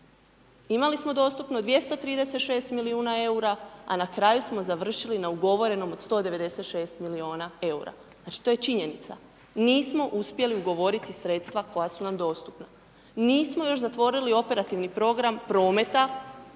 imali smo dostupno 236 milijuna EUR-a, a na kraju smo završili na ugovorenom od 196 milijuna EUR-a. Znači, to je činjenica. Nismo uspjeli ugovoriti sredstva koja su nam dostupna, nismo još zatvorili Operativni program Prometa,